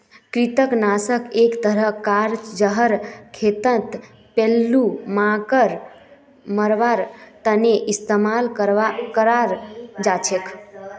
कृंतक नाशक एक तरह कार जहर खेतत पिल्लू मांकड़ मरवार तने इस्तेमाल कराल जाछेक